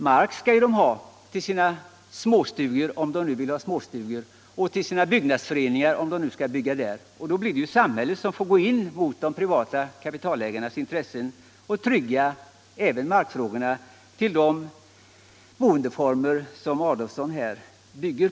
Mark skall de ha till sina småstugor, om de vill bygga sådana, eller sina byggnadsföreningar, om de föredrar den formen av boende. Då blir det samhället som får gå in mot de privata kapitalägarnas intressen och tillgodose markbehoven också för de boendeformer som herr Adolfsson här åberopar.